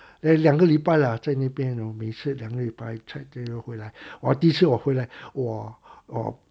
then 两个礼拜 lah 在那边我每次两个礼拜才最后回来我第一次我回来我 oh